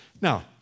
Now